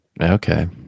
Okay